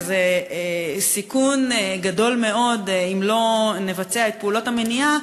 וזה סיכון גדול מאוד אם לא נבצע את פעולות המניעה,